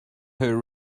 her